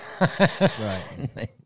Right